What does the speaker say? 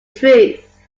truth